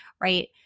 right